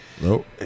Nope